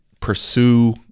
pursue